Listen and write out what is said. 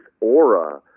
aura